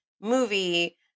movie